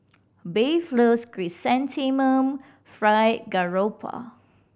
Bev loves Chrysanthemum Fried Garoupa